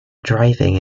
driving